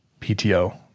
PTO